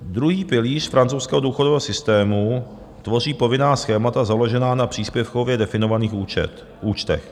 Druhý pilíř francouzského důchodového systému tvoří povinná schémata založená na příspěvkově definovaných účtech.